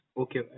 Okay